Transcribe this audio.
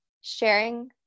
sharing